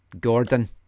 gordon